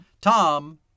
Tom